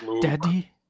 Daddy